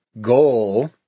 goal